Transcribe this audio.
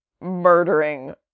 murdering